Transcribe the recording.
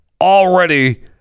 already